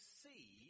see